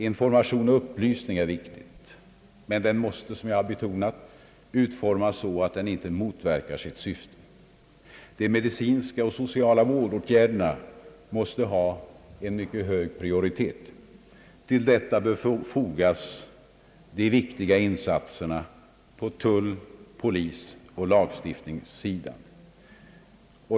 Infor mation och upplysning är viktigt men måste, som jag betonat, utformas så att syftet inte motverkas. De medicinska och sociala vårdåtgärderna måste ha mycket hög prioritet. Till detta bör fogas de viktiga insatserna på tull-, polisoch lagstiftningssidan.